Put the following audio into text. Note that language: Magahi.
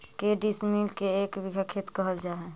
के डिसमिल के एक बिघा खेत कहल जा है?